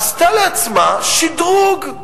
עשתה לעצמה שדרוג,